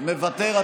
מוותר?